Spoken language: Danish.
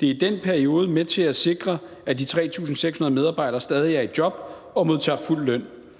Det er i den periode med til at sikre, at de 3.600 medarbejdere stadig er i job og modtager fuld løn.